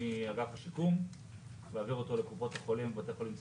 מאגף השיקום ולהעביר אותו לקופות החולים ולבתי החולים הציבוריים.